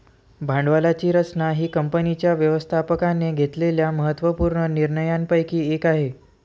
भांडवलाची रचना ही कंपनीच्या व्यवस्थापकाने घेतलेल्या महत्त्व पूर्ण निर्णयांपैकी एक आहे